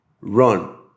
run